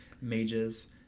mages